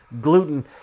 gluten